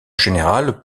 général